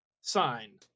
sign